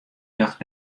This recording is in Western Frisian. rjocht